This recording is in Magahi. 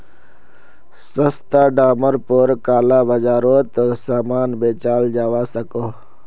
सस्ता डामर पोर काला बाजारोत सामान बेचाल जवा सकोह